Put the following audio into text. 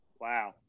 wow